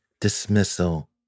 dismissal